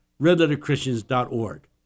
redletterchristians.org